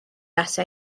ata